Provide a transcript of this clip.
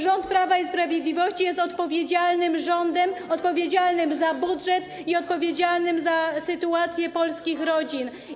Rząd Prawa i Sprawiedliwości jest odpowiedzialnym rządem, odpowiedzialnym za budżet i za sytuację polskich rodzin.